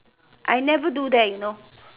I never do that you know